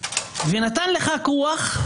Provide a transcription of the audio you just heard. אבל מחר למה צריך את זה?